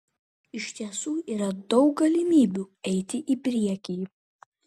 iš tiesų yra daug galimybių eiti į priekį